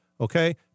Okay